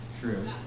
True